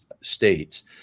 states